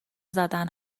زدن